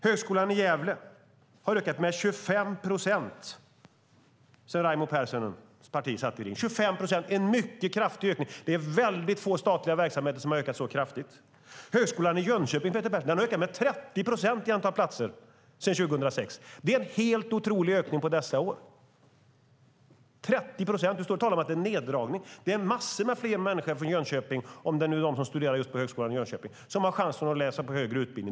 Högskolan i Gävle har ökat med 25 procent sedan Raimo Pärssinens parti satt i regeringen. Det är en mycket kraftig ökning. Det är få statliga verksamheter som har ökat så kraftigt. Högskolan i Jönköping, Peter Persson, har ökat med 30 procent i antalet platser sedan 2006. Det är en helt orolig ökning på dessa år. Och du står och säger att det är neddragning! Det är massor med fler människor från Jönköping, om det nu är de som studerar just på högskolan i Jönköping, som har chansen att läsa högre utbildning.